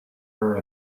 her